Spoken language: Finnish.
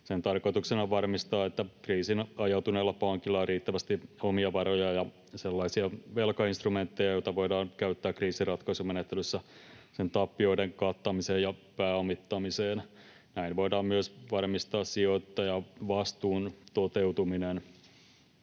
Sen tarkoituksena on varmistaa, että kriisiin ajautuneella pankilla on riittävästi omia varoja ja sellaisia velkainstrumentteja, joita voidaan käyttää kriisinratkaisumenettelyssä sen tappioiden kattamiseen ja pääomittamiseen. Näin voidaan myös varmistaa sijoittajavastuun toteutuminen.